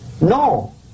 No